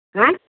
आँय